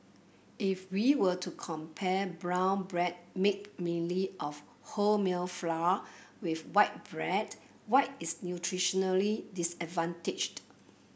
if we were to compare brown bread made mainly of wholemeal flour with white bread white is nutritionally disadvantaged